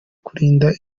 kurinda